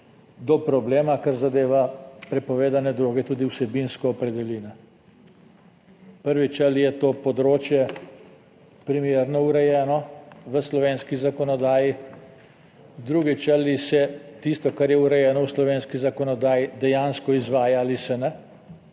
do problema, kar zadeva prepovedane droge, tudi vsebinsko opredeli. Prvič, ali je to področje primerno urejeno v slovenski zakonodaji? Drugič, ali se tisto, kar je urejeno v slovenski zakonodaji, dejansko izvaja ali se ne?